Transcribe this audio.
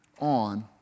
on